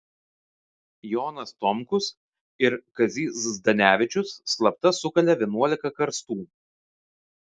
jonas tomkus ir kazys zdanevičius slapta sukalė vienuolika karstų